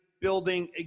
building